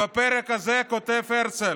בפרק הזה כותב הרצל: